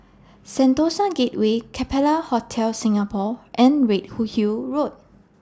Sentosa Gateway Capella Hotel Singapore and Red Who Hill Road